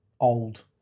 old